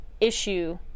issue